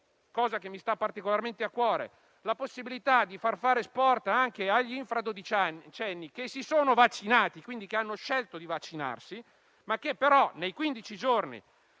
cosa che mi sta particolarmente a cuore - la possibilità di far praticare sport anche ai minori di anni dodici che si sono vaccinati, quindi che hanno scelto di vaccinarsi, che però nei quindici